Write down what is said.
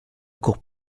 court